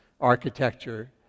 architecture